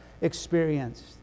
experienced